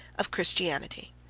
of christianity.